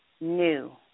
New